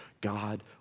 God